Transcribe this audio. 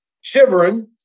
shivering